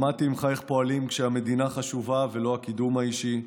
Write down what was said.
למדתי ממך איך פועלים כשהמדינה חשובה ולא הקידום האישי.